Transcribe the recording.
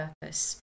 purpose